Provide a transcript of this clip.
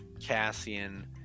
Cassian